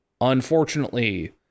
Unfortunately